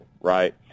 right